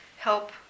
help